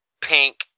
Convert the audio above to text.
pink